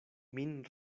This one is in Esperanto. min